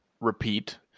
repeat